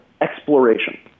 exploration